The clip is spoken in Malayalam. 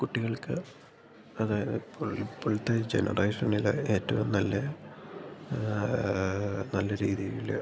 കുട്ടികൾക്ക് അതായത് ഇപ്പോൾ ഇപ്പോഴത്തെ ജനറേഷനിലെ ഏറ്റവും നല്ല നല്ല രീതിയിൽ